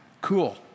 cool